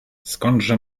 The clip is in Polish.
skądże